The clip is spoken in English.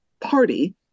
Party